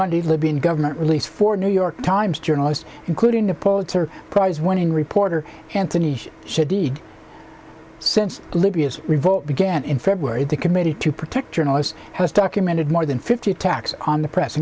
monday libyan government released four new york times journalist including a pulitzer prize winning reporter anthony shadid since libya's revolt began in february the committee to protect journalists has documented more than fifty attacks on the press